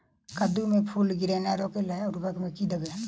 कद्दू मे फूल गिरनाय रोकय लागि उर्वरक मे की देबै?